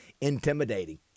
Intimidating